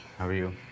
how are you?